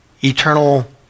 eternal